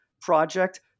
project